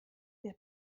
der